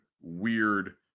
weird